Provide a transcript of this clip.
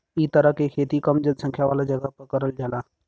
इ तरह के खेती कम जनसंख्या वाला जगह पर करल जाला